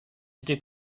était